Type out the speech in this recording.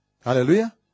Hallelujah